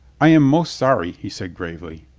i am most sorry, he said gravely.